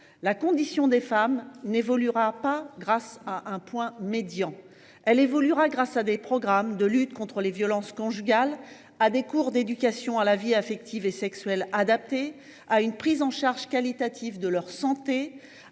La condition des femmes évoluera grâce non pas à un point médian, mais à des programmes de lutte contre les violences conjugales, à des cours d’éducation à la vie affective et sexuelle adaptés, à une prise en charge qualitative de leur santé,